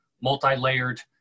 multi-layered